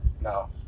No